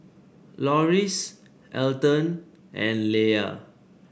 Loris Elton and Leia